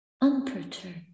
Unperturbed